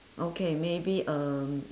okay maybe um